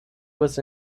was